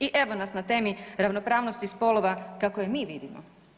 I evo nas na temi ravnopravnosti spolova kako je mi vidimo.